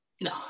No